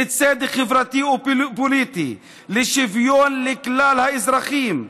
לצדק חברתי ופוליטי, לשוויון לכלל האזרחים.